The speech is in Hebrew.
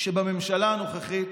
שבממשלה הנוכחית